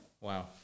Wow